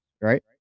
Right